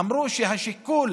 אמרו שהשיקול